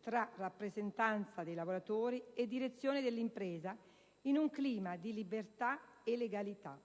tra rappresentanza dei lavoratori e direzione dell'impresa in un clima di libertà e legalità».